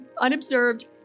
unobserved